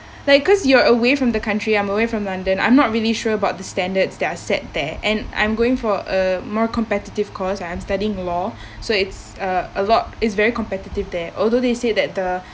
like cause you're away from the country I'm away from london I'm not really sure about the standards that are set there and I'm going for a more competitive course I'm studying law so it's a a lot it's very competitive there although they said that the